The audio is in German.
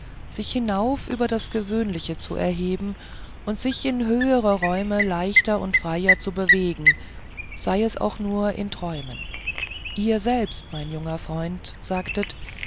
sich hinauf über das gewöhnliche zu erheben und sich in höheren räumen leichter und freier zu bewegen sei es auch nur in träumen ihr selbst mein junger freund sagtet